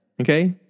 Okay